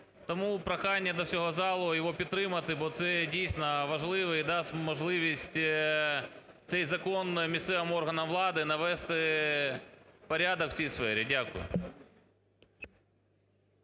Тому прохання до всього залу його підтримати, бо це дійсно важливий і дасть можливість цей закон місцевим органам влади навести порядок у цій сфері. Дякую.